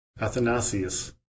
Athanasius